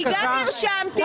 אני גם נרשמתי.